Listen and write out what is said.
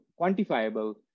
quantifiable